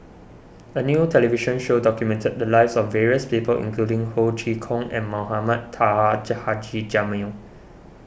a new television show documented the lives of various people including Ho Chee Kong and Mohamed Taha Jamil